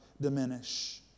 diminish